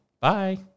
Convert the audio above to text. Bye